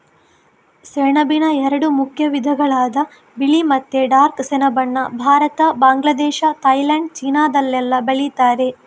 ಸೆಣಬಿನ ಎರಡು ಮುಖ್ಯ ವಿಧಗಳಾದ ಬಿಳಿ ಮತ್ತೆ ಡಾರ್ಕ್ ಸೆಣಬನ್ನ ಭಾರತ, ಬಾಂಗ್ಲಾದೇಶ, ಥೈಲ್ಯಾಂಡ್, ಚೀನಾದಲ್ಲೆಲ್ಲ ಬೆಳೀತಾರೆ